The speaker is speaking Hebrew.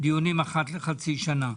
דיונים אחת לחצי שנה.